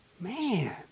Man